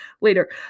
later